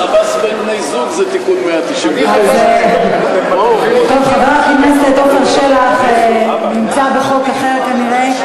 בין בני-זוג זה תיקון 199. חבר הכנסת עפר שלח נמצא בחוק אחר כנראה.